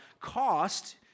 cost